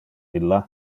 illa